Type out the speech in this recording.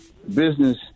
Business